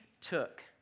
took